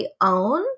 own